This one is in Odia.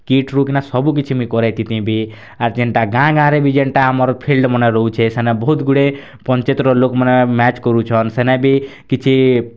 କିଟ୍ରୁ କିନା ସବୁ କିଛି ମୁଇଁ କରେଇ ଥିତିଁ ବି ଆର୍ ଯେନ୍ଟା ଗାଁ ଗାଁରେ ବି ଯେନ୍ଟା ଆମର ଫିଲ୍ଡ଼୍ମନେ ରହୁଚେ ସେନେ ବହୁତ୍ ଗୁଡ଼େ ପଞ୍ଚାୟତର ଲୋକ୍ମାନେ ମ୍ୟାଚ୍ କରୁଛନ୍ ସେନେ ବି କିଛି